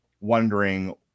wondering